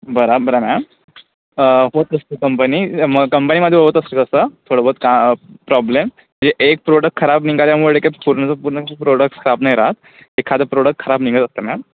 बरोबर आहे मॅम होत असते कंपनी म कंपनीमध्ये होत असते असं थोडंबहुत का प्रॉब्लेम जे एक प्रोडक्ट खराब निघाल्यामुळे काय पूर्णच्या पूर्ण प्रोडक्ट खराब नाही राहात एखादं प्रोडक्ट निघत असतं मॅम